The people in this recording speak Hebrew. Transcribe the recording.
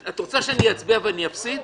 את רוצה שאני אצביע ואני אפסיד?